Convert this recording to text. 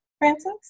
Francis